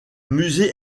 musée